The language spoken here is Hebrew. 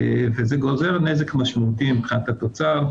וזה גוזר נזק משמעותי מבחינת התוצר.